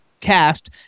Cast